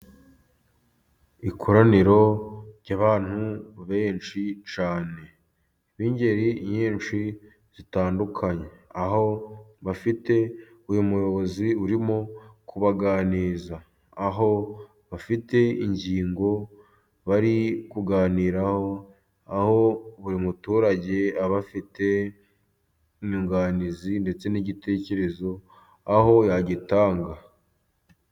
Ikoraniro ry'abantu benshi cyane b'ingeri nyinshi zitandukanye, aho bafite uyu muyobozi urimo kubaganiriza. Aho bafite ingingo bari kuganiraho, aho buri muturage aba afite inyunganizi ndetse n'igitekerezo aho yagitanga.